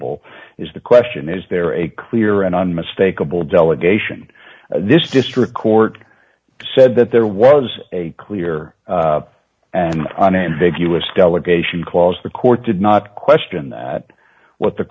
e is the question is there a clear and unmistakable delegation this district court said that there was a clear and unambiguous delegation clause the court did not question that what the